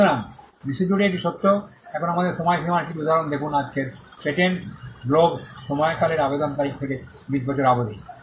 সুতরাং বিশ্বজুড়ে এটি সত্য এখন আমাদের সময়সীমার কিছু উদাহরণ দেখুন আজকের পেটেন্টের গ্লোব সময়কালের আবেদনের তারিখ থেকে 20 বছর অবধি